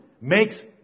makes